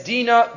Dina